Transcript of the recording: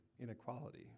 inequality